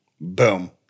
Boom